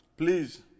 Please